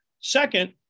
Second